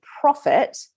profit